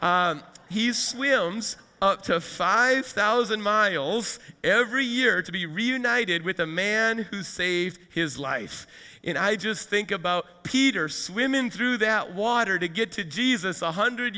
he's swims five thousand miles every year to be reunited with the man who saved his life and i just think about peter swimmin through that water to get to jesus a hundred